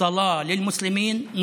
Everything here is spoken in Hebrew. מקום תפילה למוסלמים.